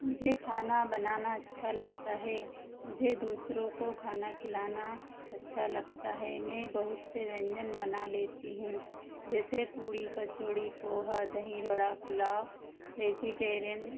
मुझे खाना बनाना अच्छा लगता है मुझे दूसरों को खाना खिलाना अच्छा लगता है मैं बहुत से व्यंजन बना लेती हूँ जैसे पूरी कचौरी पोहा दही वड़ा पुलाओ वेजिटेरियन